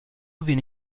viene